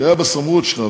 שהיה בסמכות שלך,